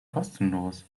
kostenlos